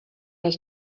was